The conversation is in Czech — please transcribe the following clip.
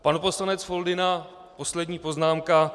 Pan poslanec Foldyna poslední poznámka.